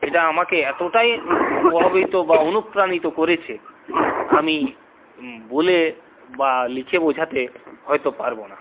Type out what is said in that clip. এটা আমাকে এতোটাই প্রভাবিত বা অনুপ্রাণিত করেছে আমি বলে বা লিখে বোঝাতে হয়তো পারবো না